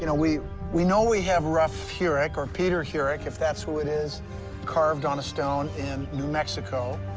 you know we we know we have rough hurech or peter hurech if that's who it is carved on a stone in new mexico,